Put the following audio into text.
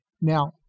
Now